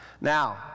Now